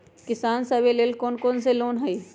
किसान सवे लेल कौन कौन से लोने हई?